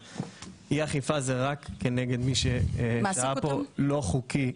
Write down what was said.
אי אכיפה של העסקה זה רק כנגד מי ששהה פה חוקית